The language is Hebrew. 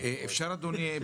אפשר אדוני,